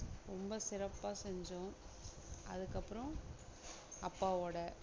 ரொம்ப சிறப்பாக செஞ்சோம் அதுக்கப்பறம் அப்பாவோடய